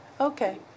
Okay